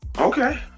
Okay